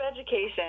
education